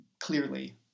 clearly